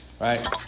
right